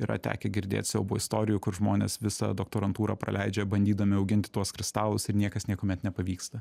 yra tekę girdėt siaubo istorijų kur žmonės visą doktorantūrą praleidžia bandydami augint tuos kristalus ir niekas niekuomet nepavyksta